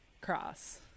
cross